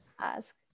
ask